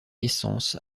essence